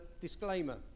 disclaimer